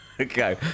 Okay